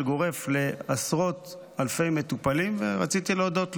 גורף לעשרות אלפי מטופלים ורציתי להודות לו.